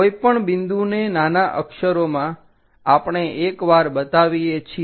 કોઈપણ બિંદુને નાના અક્ષરોમાં આપણે એકવાર બતાવીએ છીએ